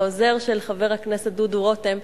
העוזר של חבר הכנסת דודו רותם,